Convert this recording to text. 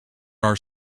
are